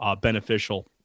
beneficial